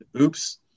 Oops